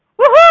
Woohoo